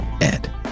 Ed